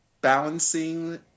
balancing